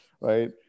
Right